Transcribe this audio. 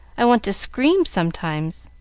i want to scream sometimes,